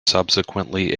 subsequently